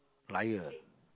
liar